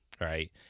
Right